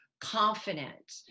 confident